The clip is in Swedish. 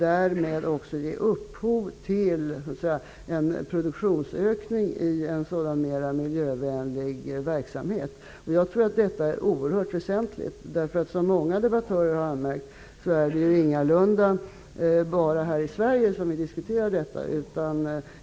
Därmed ger man också upphov till en produktionsökning i en sådan mer miljövänlig verksamhet. Detta är oerhört väsentligt. Det är, som många debattörer har anmärkt, ingalunda bara här i Sverige som detta diskuteras.